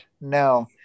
No